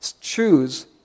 choose